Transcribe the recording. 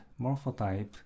morphotype